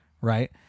right